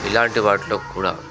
ఇలాంటి వాటిలో కూడా